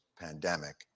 pandemic